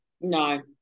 no